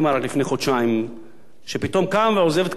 שפתאום הוא קם ועוזב את קדימה כאילו לא היו דברים מעולם.